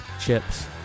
chips